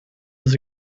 was